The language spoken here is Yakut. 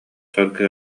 саргы